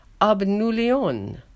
Abnulion